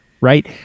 right